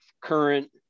current